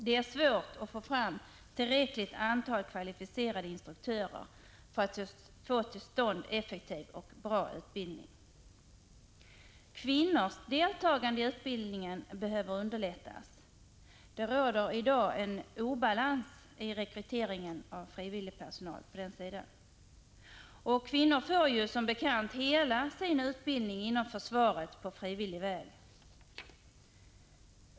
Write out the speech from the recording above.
Det är svårt att få fram tillräckligt antal kvalificerade instruktörer för att få till stånd effektiv och bra utbildning. Kvinnors deltagande i utbildningen behöver underlättas — det råder i dag en obalans i rekryteringen av frivillig personal på den sidan. Kvinnor får som bekant hela sin utbildning inom försvaret på frivillig väg.